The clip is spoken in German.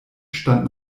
stand